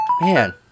Man